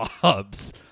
jobs